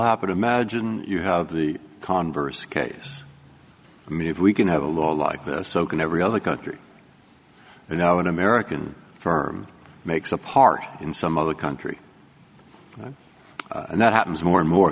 happen imagine you have the converse case i mean if we can have a law like this so can every other country you know an american firm makes a part in some other country and that happens more and more